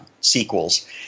sequels